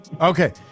okay